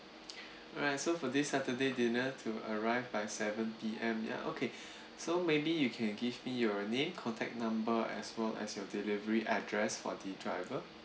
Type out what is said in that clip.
alright so for this saturday dinner to arrive by seven P_M ya okay so maybe you can give me your name contact number as well as your delivery address for the driver